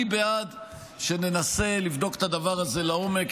אני בעד שננסה לבדוק את הדבר הזה לעומק,